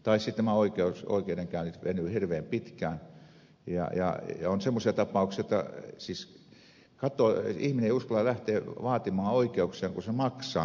tai sitten nämä oikeudenkäynnit venyvät hirveän pitkään ja on semmoisia tapauksia jotta ihminen ei uskalla lähteä vaatimaan oikeuksiaan kun se maksaa niin paljon